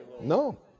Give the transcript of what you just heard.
No